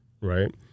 right